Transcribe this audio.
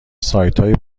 سایتهای